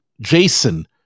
Jason